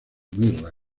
mirra